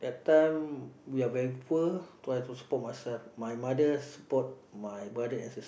that time we are very poor so I have to support myself my mother support my brother as a